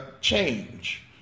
change